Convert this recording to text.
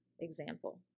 example